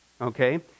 Okay